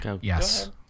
yes